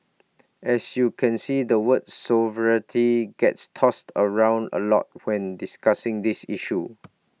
as you can see the word sovereignty gets tossed around A lot when discussing this issue